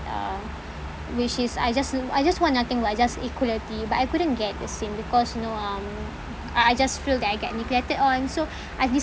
uh which is I just I just want nothing but just equality but I couldn't get the same because you know um I I just feel that I get neglected on so I've